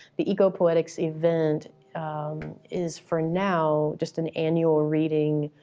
the eco poetic's event is for now, just an annual reading,